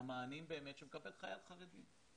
מהמענים שמקבל חייל חרדי.